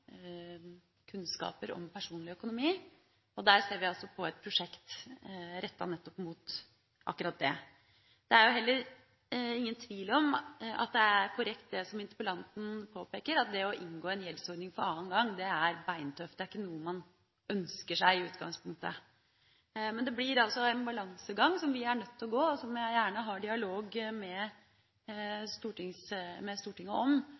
kunnskaper om personlig økonomi er viktig, og der ser vi på et prosjekt retta mot akkurat det. Det er heller ingen tvil om at det er korrekt det som interpellanten påpeker, at det å inngå en gjeldsordning for annen gang er beintøft. Det er ikke noe man ønsker seg i utgangspunktet. Men det blir altså en balansegang som vi er nødt til å gå – og som jeg gjerne har dialog med Stortinget om